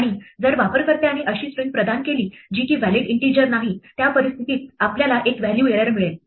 आणि जर वापरकर्त्याने अशी स्ट्रिंग प्रदान केली जी की व्हॅलिड इन्टिजर नाही त्या परिस्थितीत आपल्याला एक व्हॅल्यू एरर मिळेल